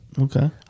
Okay